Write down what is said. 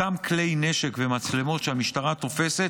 אותם כלי נשק ומצלמות שהמשטרה תופסת